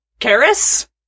Karis